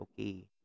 Okay